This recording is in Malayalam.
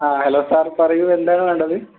ആ ഹലോ സർ പറയൂ എന്താണ് വേണ്ടത്